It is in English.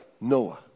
Noah